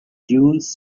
dunes